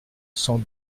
sans